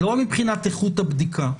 לא רק מבחינת איכות הבדיקה.